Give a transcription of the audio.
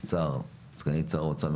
שר האוצר,